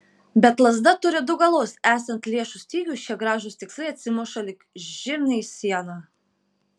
bet lazda turi du galus esant lėšų stygiui šie gražūs tikslai atsimuša lyg žirniai į sieną